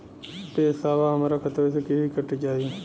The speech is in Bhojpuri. पेसावा हमरा खतवे से ही कट जाई?